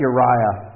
Uriah